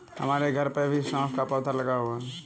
हमारे घर पर भी सौंफ का पौधा लगा हुआ है